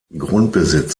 grundbesitz